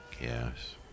Yes